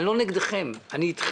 אני לא נגדכם, אני אתכם,